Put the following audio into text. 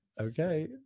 Okay